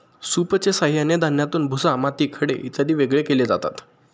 सूपच्या साहाय्याने धान्यातून भुसा, माती, खडे इत्यादी वेगळे केले जातात